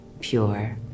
pure